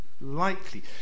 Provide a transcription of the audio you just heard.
likely